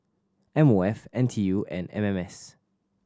M O F N T U and M M S